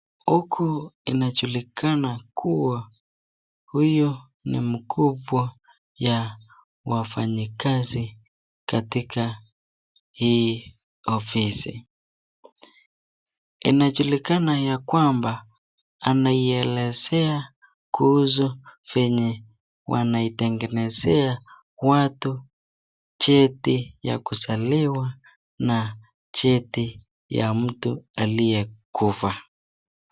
Huku inajulikana kuwa huyu ni mkubwa ya wafanyikazi katika hii ofisi, inajulikana ya kwamba anaielezea kuhusu venye wanaitengenezea watu cheti ya kuzaliwa na cheti ya mtu aliyekufa.